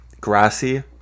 grassy